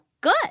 good